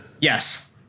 Yes